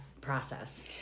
process